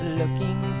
looking